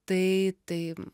tai tai